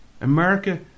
America